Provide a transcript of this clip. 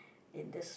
in this